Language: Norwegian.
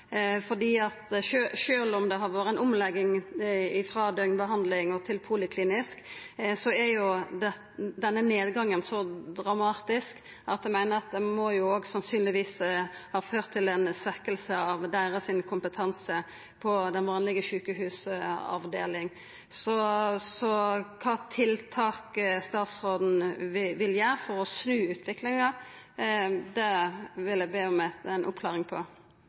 om det har vore ei omlegging frå døgnbehandling til poliklinisk behandling, er denne nedgangen så dramatisk at eg meiner det sannsynlegvis må ha ført til ei svekking av kompetansen på den vanlege sjukehusavdelinga. Kva tiltak statsråden vil gjera for å snu utviklinga, vil eg be om ei oppklaring